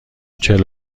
چهل